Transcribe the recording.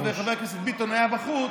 היות שחבר הכנסת ביטון היה בחוץ,